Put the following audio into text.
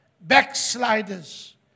Backsliders